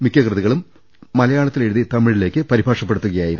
മിക്ക കൃതികളും മലയാളത്തിൽ എഴുതി തമിഴിലേക്ക് പരിഭാഷപ്പെടുത്തുകയായിരുന്നു